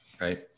Right